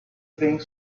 think